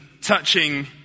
touching